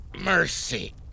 mercy